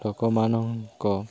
ଲୋକମାନଙ୍କ